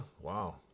wow